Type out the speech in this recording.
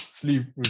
Sleep